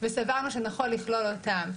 וסברנו שנכון לכלול אותן.